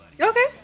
Okay